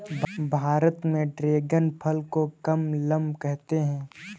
भारत में ड्रेगन फल को कमलम कहते है